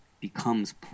becomes